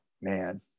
man